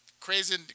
Crazy